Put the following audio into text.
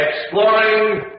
Exploring